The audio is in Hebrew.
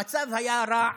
המצב היה רע,